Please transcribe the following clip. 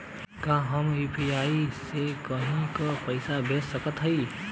का हम यू.पी.आई से केहू के पैसा भेज सकत हई?